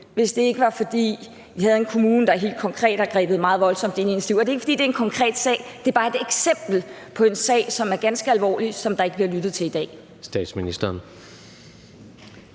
hvis det ikke var, fordi vi havde en kommune, der helt konkret har grebet meget voldsomt ind i hendes liv. Og jeg nævner det ikke, fordi det er en konkret sag; det er bare et eksempel på en sag, som er ganske alvorlig, og som der ikke bliver handlet på i dag.